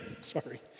Sorry